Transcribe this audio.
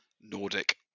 Nordic